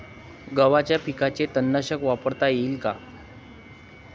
गव्हाच्या पिकाले तननाशक वापरता येईन का?